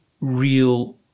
real